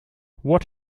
what